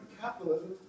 capitalism